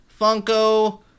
Funko